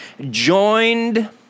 joined